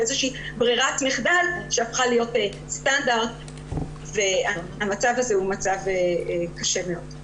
באיזושהי ברירת מחדל שהפכה להיות סטנדרט והמצב הזה הוא מצב קשה מאוד.